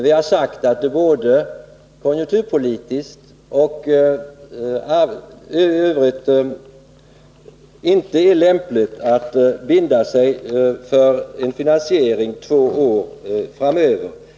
Vi har sagt att det varken konjunkturpolitiskt eller i övrigt är lämpligt att binda sig för en finansiering för två år framöver.